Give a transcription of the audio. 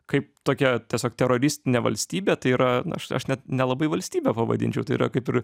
kaip tokia tiesiog teroristinė valstybė tai yra aš aš net nelabai valstybe pavadinčiau tai yra kaip ir